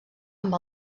amb